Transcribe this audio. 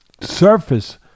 surface